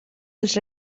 als